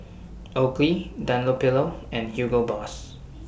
Oakley Dunlopillo and Hugo Boss